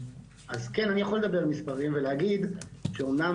אז כן אני יכול לדבר מספרים ולהגיד שאומנם